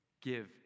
Give